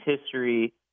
history